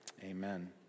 amen